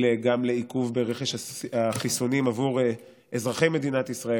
לעיכוב ברכש החיסונים גם עבור אזרחי מדינת ישראל,